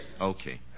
Okay